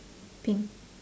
pink